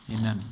Amen